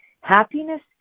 Happiness